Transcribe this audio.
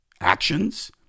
actions